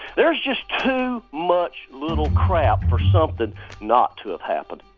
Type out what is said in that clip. there's just too much little crap for something not to have happened.